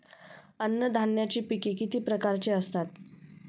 अन्नधान्याची पिके किती प्रकारची असतात?